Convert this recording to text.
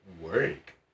work